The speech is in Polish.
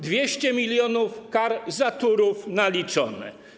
200 mln kar za Turów naliczone.